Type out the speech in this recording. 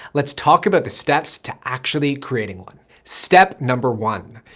let's talk about the steps to actually creating one. step number one.